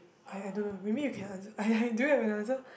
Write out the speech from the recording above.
I I don't know maybe you can answer I I do you have an answer